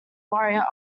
warrior